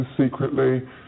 secretly